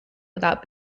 without